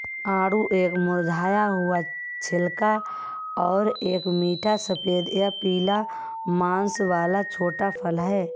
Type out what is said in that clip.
आड़ू एक मुरझाया हुआ छिलका और एक मीठा सफेद या पीला मांस वाला छोटा फल है